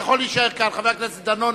חבר הכנסת דני דנון,